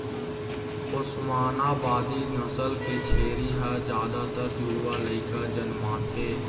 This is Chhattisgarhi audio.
ओस्मानाबादी नसल के छेरी ह जादातर जुड़वा लइका जनमाथे